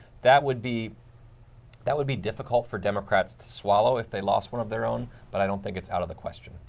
that would be that would be difficult for democrats to swallow if they lost one of their own but i don't think it's out of question.